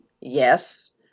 Yes